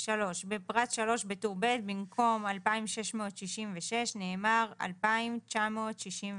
בפרט (3), בטור ב', במקום "2,666" נאמר "2,963".